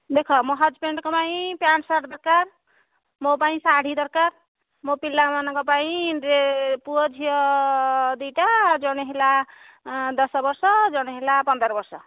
ଦେଖ ମୋ ହଜବେଣ୍ତ୍ଙ୍କ ପାଇଁ ପ୍ୟାଣ୍ଟ୍ ସାର୍ଟ୍ ଦରକାର ମୋ ପାଇଁ ଶାଢ଼ୀ ଦରକାର ମୋ ପିଲାମାନଙ୍କ ପାଇଁ ଡ୍ରେସ୍ ପୁଅ ଝିଅ ଦୁଇଟା ଜଣେ ହେଲା ଦଶ ବର୍ଷ ଜଣେ ହେଲା ପନ୍ଦର ବର୍ଷ